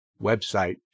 website